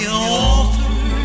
offer